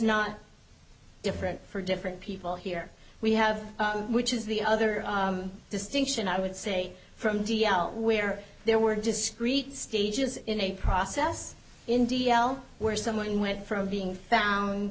not different for different people here we have which is the other distinction i would say from d l where there were discrete stages in a process in d l where someone went from being found